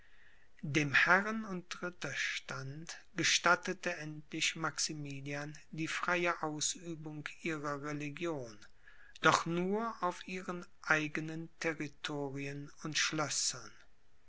dem herren und ritterstand gestattete endlich maximilian die freie ausübung ihrer religion doch nur auf ihren eigenen territorien und schlössern